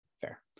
Fair